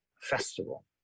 festival